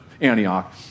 Antioch